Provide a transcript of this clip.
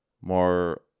more